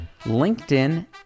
LinkedIn